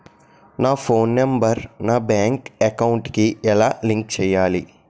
నా phone number నా bank account కి ఎలా లింక్ చేయాలి?